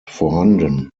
vorhanden